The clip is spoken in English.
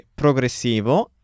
progressivo